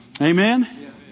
Amen